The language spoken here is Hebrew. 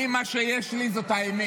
מה שיש לי זה האמת.